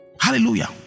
hallelujah